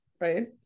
right